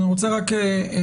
אני רוצה רק להזכיר,